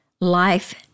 life